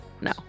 No